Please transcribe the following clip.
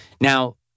Now